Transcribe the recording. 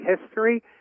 history